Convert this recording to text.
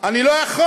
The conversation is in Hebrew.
אני לא יכול.